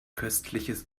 köstliches